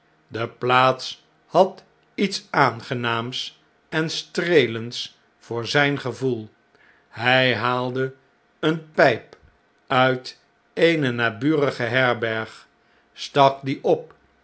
de plaats had iets aangenaams en streelends voor zjjn gevoel hy haalde eene pyp uit eene naburige herberg stak die op